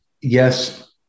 yes